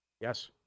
Yes